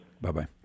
Bye-bye